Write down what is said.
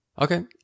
Okay